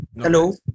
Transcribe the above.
Hello